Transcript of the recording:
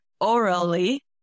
orally